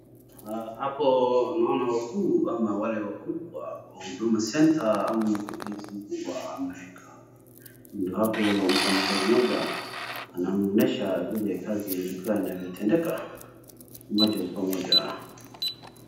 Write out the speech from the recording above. Hapo naona wakuu ama wale wakubwa wa huduma centre ama mkurungezi mkubwa amefika. Ndio hapo mfanyakazi mmoja anamuonyesha vile kazi ilikuwa inavyotendeka moja kwa moja.